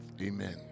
Amen